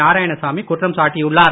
நாராயணசாமி குற்றம் சாட்டியுள்ளார்